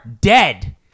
dead